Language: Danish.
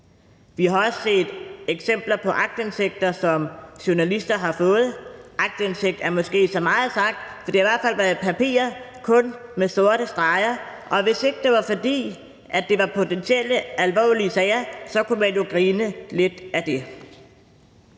Vi har også set eksempler på aktindsigt, som journalister har fået. Aktindsigt er måske så meget sagt, for det har i hvert fald været papirer kun med sorte streger, og hvis ikke det var, fordi det var potentielt alvorlige sager, så kunne man jo grine lidt ad det.